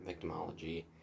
victimology